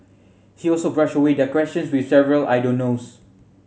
he also brushed away their questions with several I don't knows